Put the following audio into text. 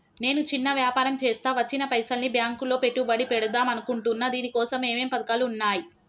నేను చిన్న వ్యాపారం చేస్తా వచ్చిన పైసల్ని బ్యాంకులో పెట్టుబడి పెడదాం అనుకుంటున్నా దీనికోసం ఏమేం పథకాలు ఉన్నాయ్?